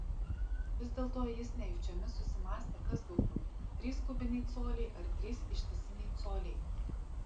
vis dėlto jis nejučiomis susimąstė kas daugiau trys kubiniai coliai ar trys ištisiniai coliai